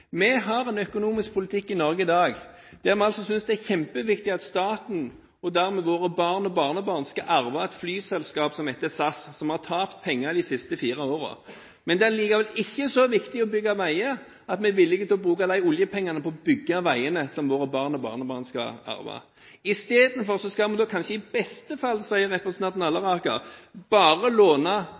Vi har en økonomisk politikk i Norge i dag, der vi synes det er kjempeviktig at staten og dermed våre barn og barnebarn skal arve et flyselskap som heter SAS, som har tapt penger de siste fire årene. Det er likevel ikke så viktig å bygge veier at vi er villig til å bruke oljepengene på å bygge de veiene som våre barn og barnebarn skal arve. I stedet for skal vi kanskje i beste fall, sier representanten Halleraker, lånefinansiere dette prosjektet til bare